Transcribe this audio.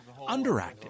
underactive